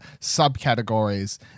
subcategories